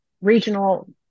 regional